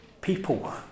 people